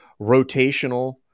rotational